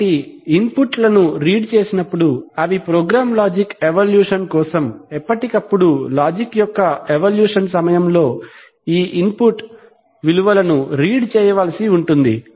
కాబట్టి ఇన్పుట్ లను రీడ్ చేసినప్పుడు అవి ప్రోగ్రామ్ లాజిక్ ఎవల్యూషన్ కోసం ఎప్పటికప్పుడు లాజిక్ యొక్క ఎవల్యూషన్ సమయంలో ఈ ఇన్పుట్ విలువలను రీడ్ చేయవలసి ఉంటుంది